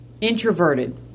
Introverted